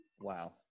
Wow